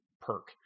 perk